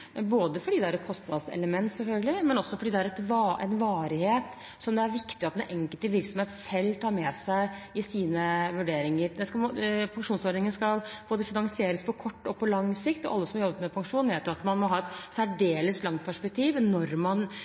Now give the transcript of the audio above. både fordi det er et kostnadselement, selvfølgelig, og også fordi det er en varighet som det er viktig at den enkelte virksomhet selv tar med i sine vurderinger. Pensjonsordningen skal finansieres på både kort og lang sikt, og alle som har jobbet med pensjon, vet at man må ha et særdeles langt perspektiv når man